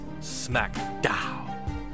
SmackDown